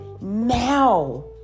now